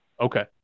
Okay